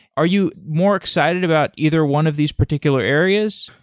are you more excited about either one of these particular areas?